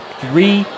three